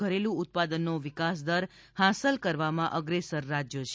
ઘરેલુ ઉત્પાદનનો વિકાસદર હાંસલ કરવામાં અગ્રેસર રાજ્ય છે